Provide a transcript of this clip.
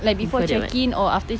before the [what]